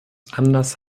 anders